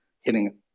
hitting